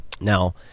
now